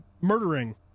murdering